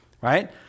right